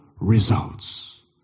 results